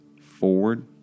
forward